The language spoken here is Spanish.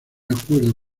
acuerdo